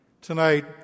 Tonight